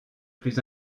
plus